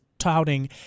touting